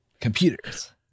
computers